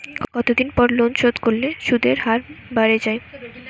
কতদিন পর লোন শোধ করলে সুদের হার বাড়ে য়ায়?